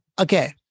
okay